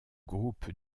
groupe